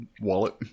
wallet